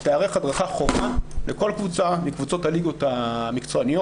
תיערך הדרכה חובה לכל קבוצה מקבוצות הליגות המקצועניות,